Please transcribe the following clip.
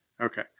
Okay